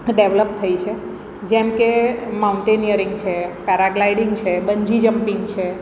develop થઈ છે જેમકે માઉન્ટેનિયરિંગ છે પેરા ગ્લાઈડિંગ છે બંજી જંપિંગ છે